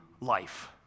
life